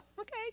okay